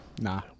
Nah